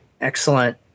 excellent